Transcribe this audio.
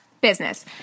business